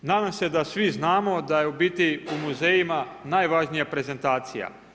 Nadam se da svi znamo da je u biti u muzejima najvažnija prezentacija.